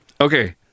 okay